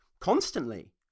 constantly